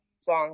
songs